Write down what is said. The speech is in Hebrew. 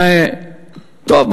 טוב,